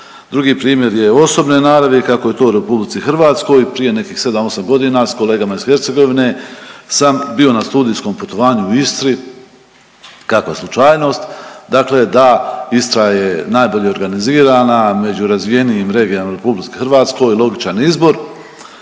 Drugi primjer je osobne naravi kako je to u RH. Prije nekih 7-8 godina s kolegama iz Hercegovine sam bio na studijskom putovanju u Istri, kakva slučajnost, dakle da Istra je nabolje organizirana, među razvijenijim regijama u RH, logičan izbor.